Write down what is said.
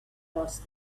crossed